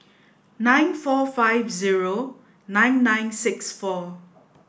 nine four five zero nine nine six four